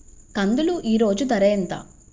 కందులు ఈరోజు ఎంత ధర?